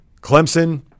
Clemson